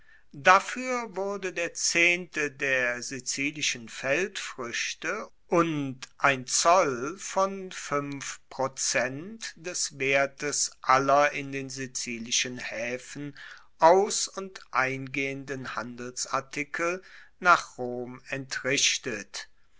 dafuer wurde der zehnte der sizilischen feldfruechte und ein zoll von fuenf prozent des wertes aller in den sizilischen haefen aus und eingehenden handelsartikel nach rom entrichtet